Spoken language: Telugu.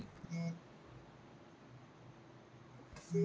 పెట్టుబడి పెట్టె వాళ్ళు నగదు ప్రవాహం వల్ల ఆదాయం పెంచేకి శ్యానా కట్టపడుతారు